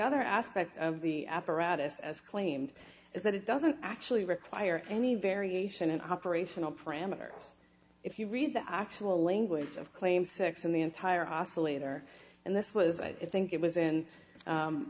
other aspect of the apparatus as claimed is that it doesn't actually require any variation in operational parameters if you read the actual language of claim six in the entire oscillator and this was i think it was in